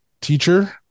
teacher